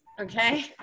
okay